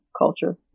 culture